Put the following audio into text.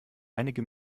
einige